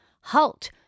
halt